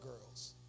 girls